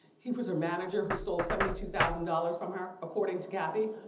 he was her manager who stole seventy two thousand dollars from her, according to kathy.